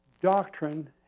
doctrine